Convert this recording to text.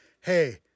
hey